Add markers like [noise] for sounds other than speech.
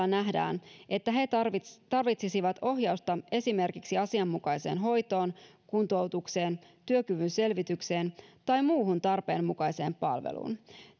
[unintelligible] nähdään että he tarvitsisivat tarvitsisivat ohjausta esimerkiksi asianmukaiseen hoitoon kuntoutukseen työkyvyn selvitykseen tai muuhun tarpeenmukaiseen palveluun